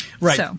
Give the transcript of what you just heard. Right